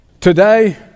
Today